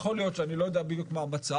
יכול להיות שאני לא יודע בדיוק מה המצב.